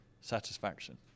satisfaction